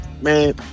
man